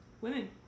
Women